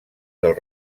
del